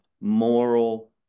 moral